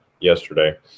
yesterday